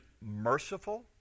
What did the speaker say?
merciful